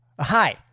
Hi